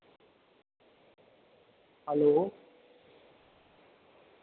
hello